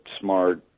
smart